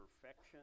perfection